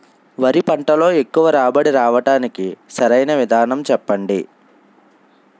వరి పంటలో ఎక్కువ రాబడి రావటానికి సరైన విధానం చెప్పండి?